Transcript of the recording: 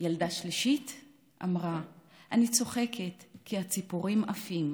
ילדה שלישית אמרה: אני צוחקת כי הציפורים עפים